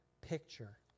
picture